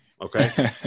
okay